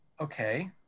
Okay